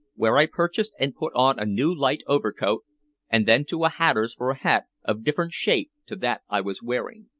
where i purchased and put on a new light overcoat and then to a hatter's for a hat of different shape to that i was wearing.